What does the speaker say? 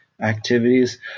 activities